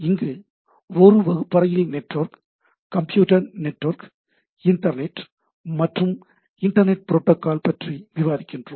இங்கு ஒரு வகுப்பறையில் நெட்வொர்க் கம்ப்யூட்டர் நெட்வொர்க் இன்டர்நெட் மற்றும் இன்டர்நெட் புரோட்டோகால் பற்றி விவாதிக்கிறோம்